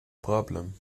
problem